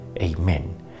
Amen